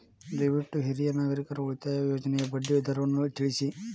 ದಯವಿಟ್ಟು ಹಿರಿಯ ನಾಗರಿಕರ ಉಳಿತಾಯ ಯೋಜನೆಯ ಬಡ್ಡಿ ದರವನ್ನು ತಿಳಿಸಿ